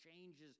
changes